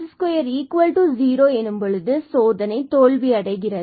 rt s20 சோதனை தோல்வி அடைகிறது